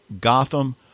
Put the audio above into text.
Gotham